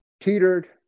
teetered